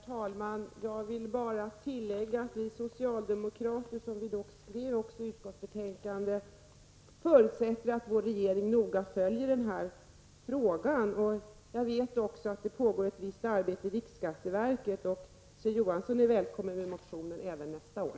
Herr talman! Jag vill bara tillägga att vi socialdemokrater, såsom vi också skriver i utskottsbetänkandet, förutsätter att vår regering noga följer den här frågan. Jag vet också att det pågår ett visst arbete i riksskatteverket. Kjell Johansson är välkommen med sin motion även nästa år.